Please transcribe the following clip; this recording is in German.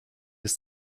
ist